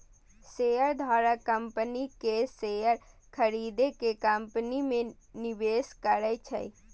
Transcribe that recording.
शेयरधारक कंपनी के शेयर खरीद के कंपनी मे निवेश करै छै